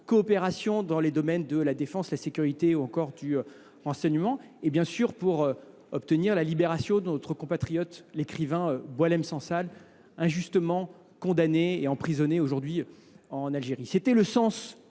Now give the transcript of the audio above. coopération dans les domaines de la défense, la sécurité ou encore du renseignement, et bien sûr pour obtenir la libération de notre compatriote, l'écrivain Boalem Sansal, injustement condamnés et emprisonnés aujourd'hui en Algérie. C'était le sens